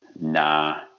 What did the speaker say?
Nah